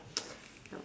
yup